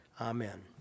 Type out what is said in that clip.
Amen